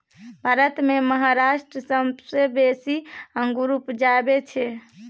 भारत मे महाराष्ट्र सबसँ बेसी अंगुर उपजाबै छै